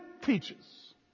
teaches